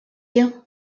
you